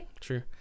true